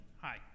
Hi